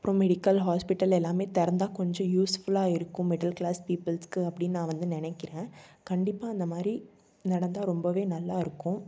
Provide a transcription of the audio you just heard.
அப்புறம் medical hospital எல்லாமே திறந்தா கொஞ்சம் யூஸ்ஃபுல்லாக இருக்கும் மிடில் க்ளாஸ் பீப்பிள்ஸ்க்கு அப்படின்னு நான் வந்து நினைக்கிறேன் கண்டிப்பாக அந்த மாதிரி நடந்தால் ரொம்பவே நல்லாயிருக்கும்